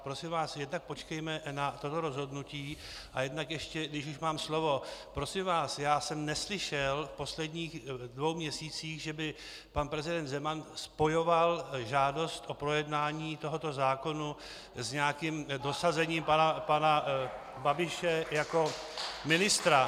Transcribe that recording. Prosím vás, jednak počkejme na toto rozhodnutí a jednak ještě, když už mám slovo: prosím vás, já jsem neslyšel v posledních dvou měsících, že by pan prezident Zeman spojoval žádost o projednání tohoto zákona s nějakým dosazením pana Babiše jako ministra.